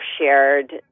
shared